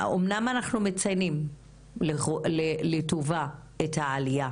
אומנם אנחנו מציינים לטובה את העלייה